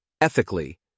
ethically